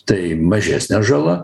tai mažesnė žala